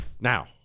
Now